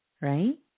right